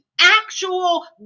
actual